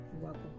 welcome